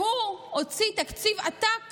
שהוא הוציא תקציב עתק